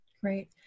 Great